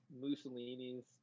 Mussolini's